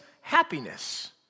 happiness